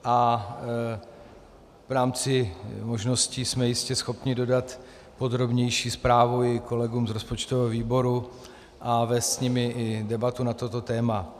A v rámci možností jsme jistě schopni dodat podrobnější zprávu i kolegům z rozpočtového výboru a vést s nimi i debatu na toto téma.